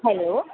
hello